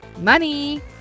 money